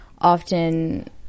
often